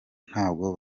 ntabwo